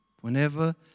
Whenever